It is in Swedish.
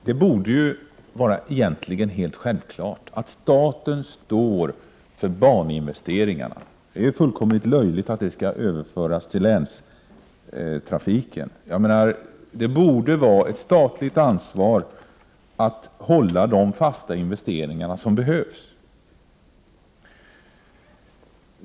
Herr talman! Egentligen borde staten stå för baninvesteringarna. Det är löjligt att de kostnaderna skall överföras till länstrafiken. Det borde som sagt vara ett statligt ansvar att stå för de fasta investeringar som behövs.